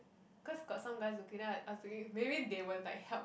cause got some guys looking then I I was thinking maybe they will like help